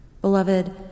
Beloved